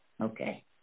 okay